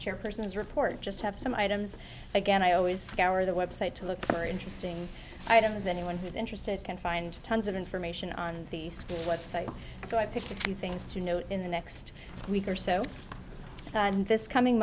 chairpersons report just have some items again i always scour the website to look for interesting items anyone who's interested can find tons of information on the school website so i picked a few things to know in the next week or so and this coming